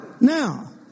Now